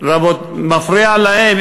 מפריע להם?